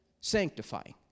sanctifying